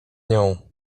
nią